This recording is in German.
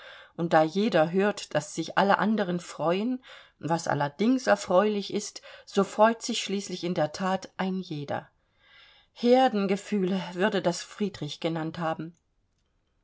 und da jeder hört daß sich alle anderen freuen was allerdings erfreulich ist so freut sich schließlich in der that ein jeder heerdengefühle würde das friedrich genannt haben